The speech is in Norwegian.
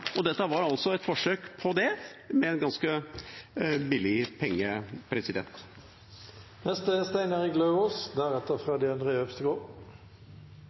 og dette var altså et forsøk på det, for en ganske billig penge. Jeg hører statsråden og andre fra